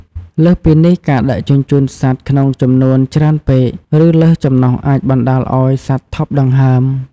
លើសពីនេះ ការដឹកជញ្ជូនសត្វក្នុងចំនួនច្រើនពេក ឬលើសចំណុះអាចបណ្តាលឱ្យសត្វថប់ដង្ហើម ។